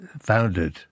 founded